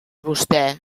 vostè